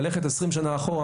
ללכת 20 שנה אחורה,